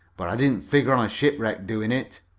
but i didn't figure on a shipwreck doing it.